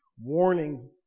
warning